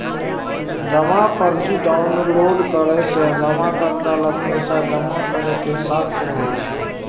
जमा पर्ची डॉउनलोड करै सं जमाकर्ता लग पैसा जमा करै के साक्ष्य रहै छै